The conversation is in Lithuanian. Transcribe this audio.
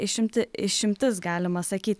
išimti išimtis galima sakyt